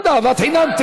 אהבת חינם.